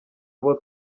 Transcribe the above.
abo